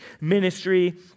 ministry